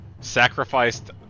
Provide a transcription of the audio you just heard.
sacrificed